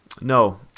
No